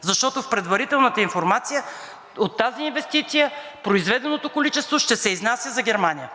защото от предварителната информация за тази инвестиция произведеното количество ще се изнася за Германия,